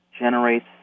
generates